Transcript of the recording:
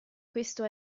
questo